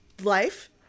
Life